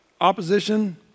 opposition